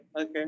okay